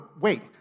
Wait